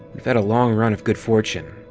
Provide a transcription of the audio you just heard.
we've had a long run of good fortune.